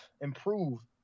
improve